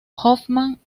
hoffman